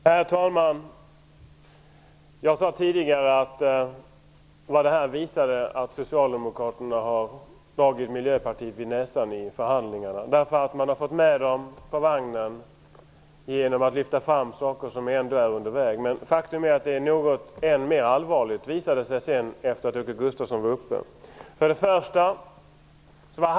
Herr talman! Jag sade tidigare att det här visade att Socialdemokraterna har dragit Miljöpartiet vid näsan i förhandlingarna. Man har fått med dem på vagnen genom att lyfta fram saker som ändå är på väg. Men faktum är att det sedan Åke Gustavsson varit uppe visar sig vara än mer allvarligt.